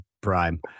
prime